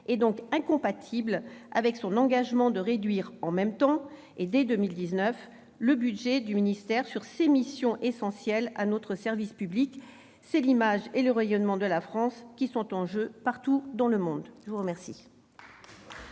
est incompatible avec son engagement de réduire, en même temps et dès 2019, le budget du ministère sur ces missions essentielles à notre service public. C'est l'image et le rayonnement de la France qui sont en jeu, partout dans le monde. La parole